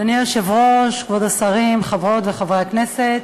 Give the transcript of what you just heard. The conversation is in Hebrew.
אדוני היושב-ראש, כבוד השרים, חברות וחברי הכנסת,